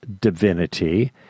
divinity